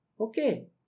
Okay